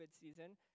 season